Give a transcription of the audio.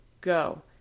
go